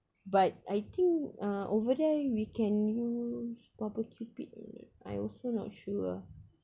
but I think uh over there we can use barbecue pit or not I also not sure ah